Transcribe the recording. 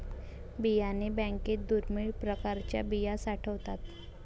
बियाणे बँकेत दुर्मिळ प्रकारच्या बिया साठवतात